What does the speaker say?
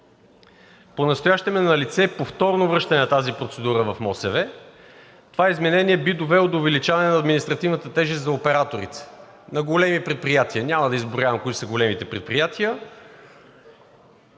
Понастоящем е налице повторно връщане на тази процедура в МОСВ. Това изменение би довело до увеличаване на административната тежест за операторите на големи предприятия. Няма да изброявам кои са големите предприятия.